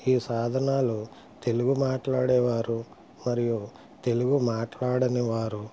ఈ సాధనాలు తెలుగు మాట్లాడే వారు మరియు తెలుగు మాట్లాడని వారు